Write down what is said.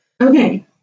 Okay